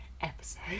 episode